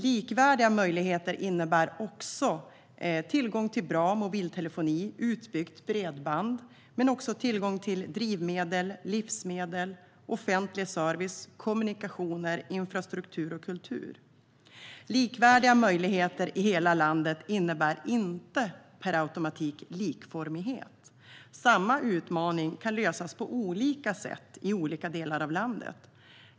Likvärdiga möjligheter innebär också tillgång till bra mobiltelefoni och utbyggt bredband men även tillgång till drivmedel, livsmedel, offentlig service, kommunikationer, infrastruktur och kultur. Likvärdiga möjligheter i hela landet innebär inte per automatik likformighet. Samma utmaning kan lösas på olika sätt i olika delar av landet.